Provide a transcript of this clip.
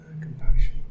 Compassion